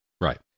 Right